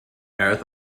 earth